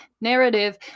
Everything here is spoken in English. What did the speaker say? Narrative